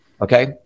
Okay